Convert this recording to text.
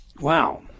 Wow